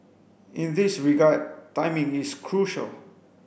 in this regard timing is crucial